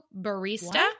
barista